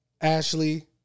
Ashley